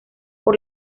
por